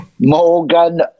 Morgan